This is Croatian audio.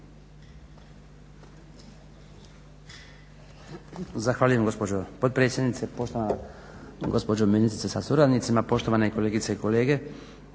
hvala vam